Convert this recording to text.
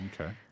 Okay